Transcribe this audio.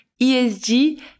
ESG